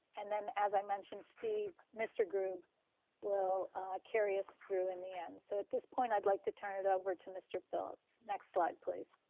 and then, as i mentioned, steve, mr. grube will carry us through in the end. so at this point, i'd like to turn it over to mr. phillips. next slide, please.